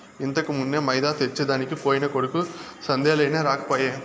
ఇంతకుమున్నే మైదా తెచ్చెదనికి పోయిన కొడుకు సందేలయినా రాకపోయే